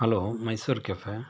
hello Mysore ಕೆಫೆಯಾ